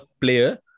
player